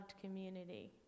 community